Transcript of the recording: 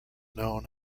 known